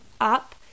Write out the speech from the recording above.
up